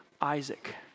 Isaac